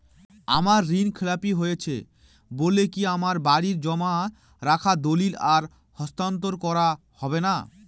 আমার ঋণ খেলাপি হয়েছে বলে কি আমার বাড়ির জমা রাখা দলিল আর হস্তান্তর করা হবে না?